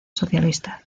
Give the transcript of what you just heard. socialista